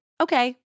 okay